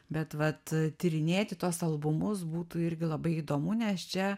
bet vat tyrinėti tuos albumus būtų irgi labai įdomu nes čia